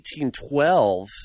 1812